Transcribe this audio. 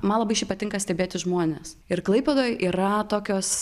man labai šiaip patinka stebėti žmones ir klaipėdoj yra tokios